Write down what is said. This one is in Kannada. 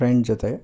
ಫ್ರೆಂಡ್ ಜೊತೆ